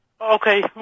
Okay